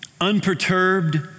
unperturbed